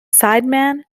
sideman